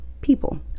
people